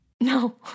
No